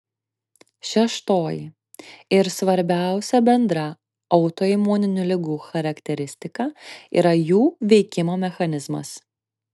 šeštoji ir svarbiausia bendra autoimuninių ligų charakteristika yra jų veikimo mechanizmas